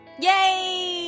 Yay